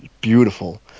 Beautiful